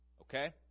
Okay